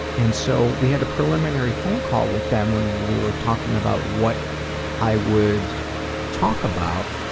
and so, we had a preliminary phone call with them when we were talking about what i would talk about,